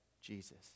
Jesus